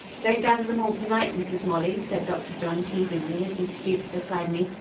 don't gather them all to-night, mrs. molly, said dr. john teasingly, as he stooped beside me.